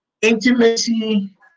Intimacy